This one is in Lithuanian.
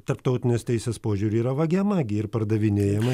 tarptautinės teisės požiūriu yra vagiama gi ir pardavinėjama